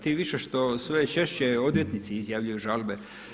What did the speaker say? Tim više sve češće odvjetnici izjavljuju žalbe.